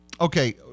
Okay